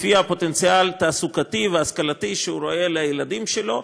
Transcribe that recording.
לפי הפוטנציאל התעסוקתי וההשכלתי שהוא רואה לילדים שלו.